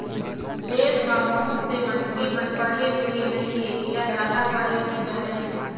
देश म बहुत से मनखे मन पढ़े लिखे नइ हे य जादा पढ़े नइ रहँय